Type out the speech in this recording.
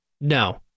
No